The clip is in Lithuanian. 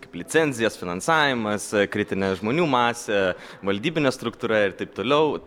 kaip licenzijas finansavimas kritinė žmonių masė valdybinė struktūra ir taip toliau